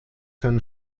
seinen